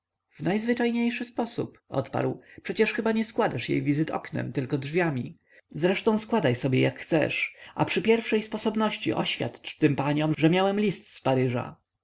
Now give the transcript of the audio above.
w najzwyczajniejszy sposób odparł przecież chyba nie składasz jej wizyt oknem tylko drzwiami zresztą składaj sobie jak chcesz a przy pierwszej sposobności oświadcz tym paniom że miałem list z paryża